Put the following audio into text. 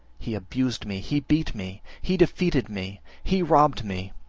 he abused me, he beat me, he defeated me, he robbed me,